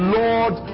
lord